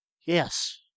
Yes